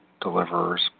deliverers